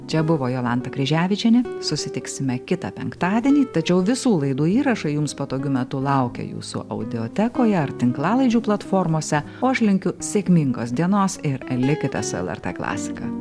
čia buvo jolanta kryževičienė susitiksime kitą penktadienį tačiau visų laidų įrašai jums patogiu metu laukia jūsų audiotekoje ar tinklalaidžių platformose o aš linkiu sėkmingos dienos ir likite su lrt klasika